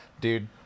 Dude